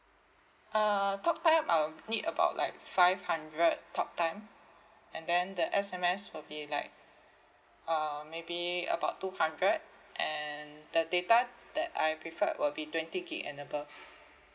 uh talk time I'll need about like five hundred talk time and then the S_M_S will be like uh maybe about two hundred and the data that I prefer will be twenty gig and above